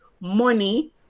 money